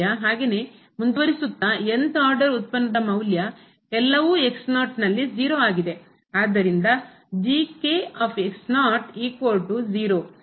ಹಾಗೇನೇ ಮುಂದುವರೆಸುತ್ತಾ th order ಉತ್ಪನ್ನ ದ ಮೌಲ್ಯ ಎಲ್ಲಾವು ನಲ್ಲಿ 0 ಆಗಿದೆ